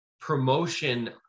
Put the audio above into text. Promotion